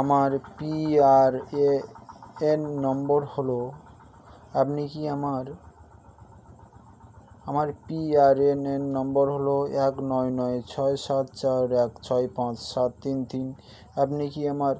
আমার পিআরএএন নম্বর হলো আপনি কি আমার আমার পিআরএনএন নম্বর হলো এক নয় নয় ছয় সাত চার এক ছয় পাঁচ সাত তিন তিন আপনি কি আমার